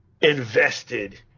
invested